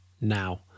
now